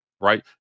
right